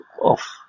off